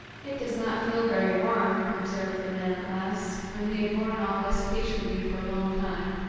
it does not feel very warm observed the man at last, when he had borne all this patiently for a long time.